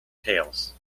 tails